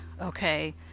okay